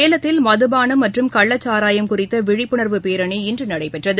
சேலத்தில் மதுபானம் மற்றும் கள்ளச்சாரயம் குறித்த விழிப்புணர்வு பேரணி இன்று நடைபெற்றது